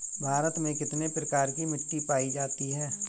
भारत में कितने प्रकार की मिट्टी पाई जाती है?